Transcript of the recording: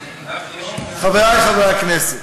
חברי חברי הכנסת,